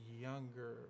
younger